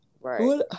Right